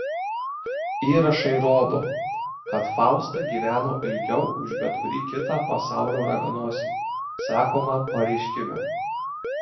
įrašai rodo kad fausta gyveno ilgiau už bet kurį kitą pasaulio raganosį sakoma pareiškime